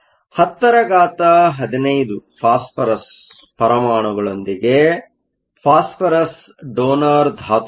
1015 phosphorus ಪರಮಾಣುಗಳೊಂದಿಗೆ phosphorus donor ಧಾತುವಾಗಿದೆ